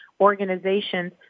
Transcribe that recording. organizations